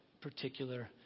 particular